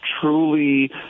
truly